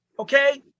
Okay